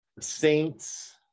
Saints